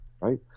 Right